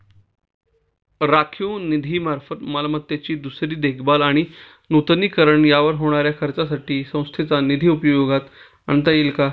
राखीव निधीमार्फत मालमत्तेची दुरुस्ती, देखभाल आणि नूतनीकरण यावर होणाऱ्या खर्चासाठी संस्थेचा निधी उपयोगात आणता येईल का?